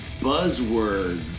buzzwords